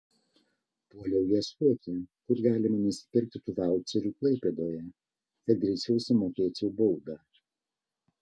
puoliau ieškoti kur galima nusipirkti tų vaučerių klaipėdoje kad greičiau sumokėčiau baudą